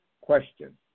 question